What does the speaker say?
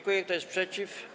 Kto jest przeciw?